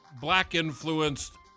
black-influenced